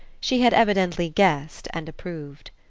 she had evidently guessed and approved.